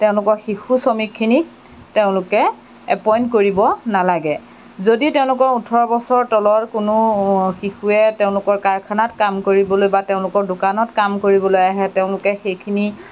তেওঁলোকৰ শিশু শ্ৰমিকখিনিক তেওঁলোকে এপইণ্ট কৰিব নালাগে যদি তেওঁলোকৰ ওঠৰ বছৰ তলৰ কোনো শিশুৱে তেওঁলোকৰ কাৰখানাত কাম কৰিবলৈ বা তেওঁলোকৰ দোকানত কাম কৰিবলৈ আহে তেওঁলোকে সেইখিনি